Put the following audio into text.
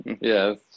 Yes